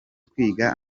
kwiga